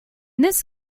this